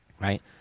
right